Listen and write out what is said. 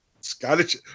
Scottish